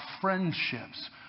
friendships